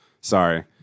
Sorry